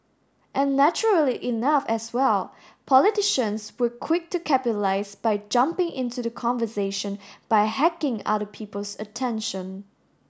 and naturally enough as well politicians were quick to capitalise by jumping into the conversation by hacking other people's attention